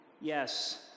yes